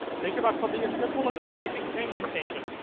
think about something as simple as a changing changing station.